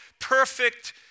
perfect